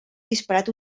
disparat